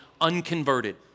unconverted